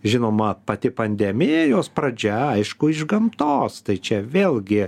žinoma pati pandemijos jos pradžia aišku iš gamtos tai čia vėlgi